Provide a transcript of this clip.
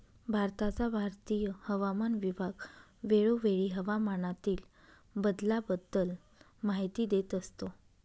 भारताचा भारतीय हवामान विभाग वेळोवेळी हवामानातील बदलाबद्दल माहिती देत असतो